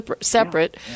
separate